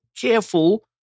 careful